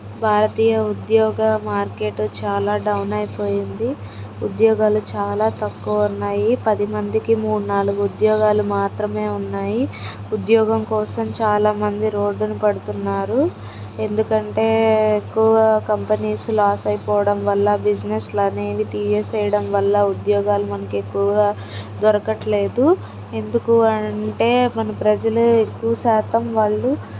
భారతీయ ఉద్యోగ మార్కెట్ చాలా డౌన్ అయిపోయింది ఉద్యోగాలు చాలా తక్కువ ఉన్నాయి పదిమందికి మూడు నాలుగు ఉద్యోగాలు మాత్రమే ఉన్నాయి ఉద్యోగం కోసం చాలామంది రోడ్డున పడుతున్నారు ఎందుకంటే ఎక్కువ కంపెనీస్ లాస్ అయిపోవడం వల్ల బిజినెస్లనేవి తీసేయడం వల్ల ఉద్యోగాలు మనకు ఎక్కువగా దొరకట్లేదు ఎందుకు అనంటే కొన్ని ప్రజలే ఎక్కువ శాతం వాళ్ళు